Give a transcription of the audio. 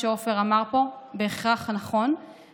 מה שעופר אמר פה בהכרח הנכון,